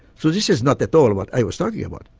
so this is not at all what i was talking about.